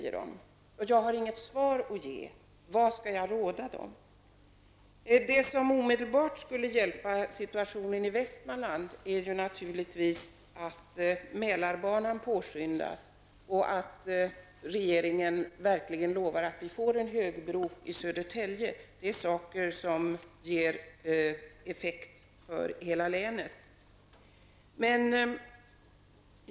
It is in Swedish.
frågar de mig, och jag har inget svar att ge. Vad skall jag råda dem? Det som omedelbart skulle förbättra situationen i Västmanland är naturligtvis att Mälarbanan påskyndas och att regeringen verkligen lovar att vi får en högbro i Södertälje. Detta skulle ge effekter i hela länet.